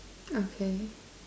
okay